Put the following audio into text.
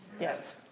yes